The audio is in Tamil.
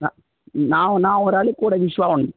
அ நான் நான் ஒரு ஆள் கூட விஷ்வா ஒன்